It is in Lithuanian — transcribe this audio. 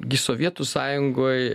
gi sovietų sąjungoj